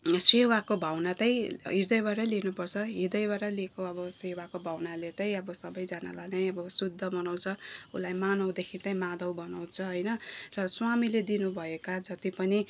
सेवाको भावना चाहिँ हृदयबाटै लिनुपर्छ हृदयबाट लिएको अब सेवाको भावनाले चाहिँ अब सबैजनालाई नै अब शुद्ध बनाउँछ ऊलाई मानवदेखि चाहिँ माधव बनाउँछ होइन र स्वामीले दिनुभएका जति पनि